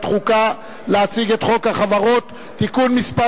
החוקה להציג את חוק החברות (תיקון מס'